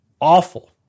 awful